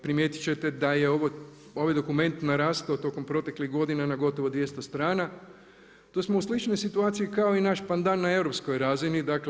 Primijetit ćete da je ovaj dokument narastao tokom proteklih godina na gotovo 200 strana, to smo u sličnoj situaciji kao i naš pandan na europskoj razini, dakle…